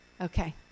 Okay